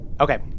Okay